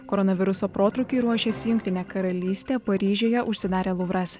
koronaviruso protrūkiui ruošiasi jungtinė karalystė paryžiuje užsidarė luvras